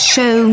Show